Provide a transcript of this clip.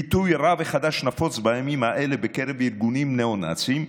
ביטוי רע וחדש נפוץ בימים האלה בקרב ארגונים ניאו-נאציים,